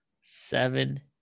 seven